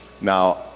Now